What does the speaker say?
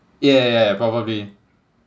yeah yeah yeah probably